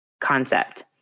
concept